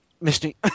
Misty